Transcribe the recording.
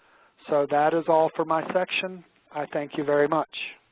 so, that is all for my section. i thank you very much.